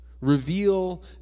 reveal